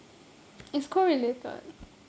it's correlated